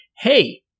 hey